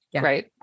Right